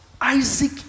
Isaac